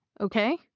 okay